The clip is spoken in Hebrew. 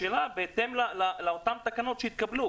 השאלה אם זה בהתאם לאותן תקנות שהתקבלו.